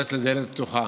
מתפרץ לדלת פתוחה.